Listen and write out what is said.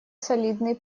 солидный